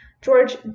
George